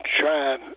try